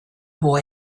boy